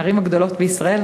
הערים הגדולות בישראל.